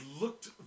looked